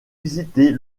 visiter